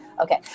Okay